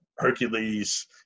Hercules